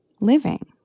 living